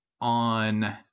on